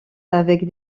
avec